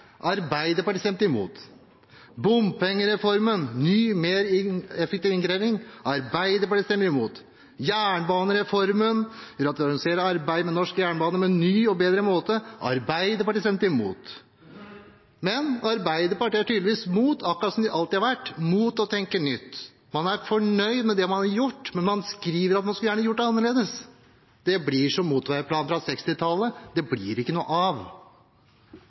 Arbeiderpartiet stemte imot. Bompengereformen, med mer effektiv innkreving – Arbeiderpartiet stemte imot. Jernbanereformen, å organisere arbeidet med norsk jernbane på en ny og bedre måte – Arbeiderpartiet stemte imot. Arbeiderpartiet er tydeligvis, akkurat som de alltid har vært, imot å tenke nytt. Man er fornøyd med det man har gjort, men man skriver at man skulle gjerne gjort det annerledes. Det blir som med motorveiplanen fra 1960-tallet, det blir ikke noe av.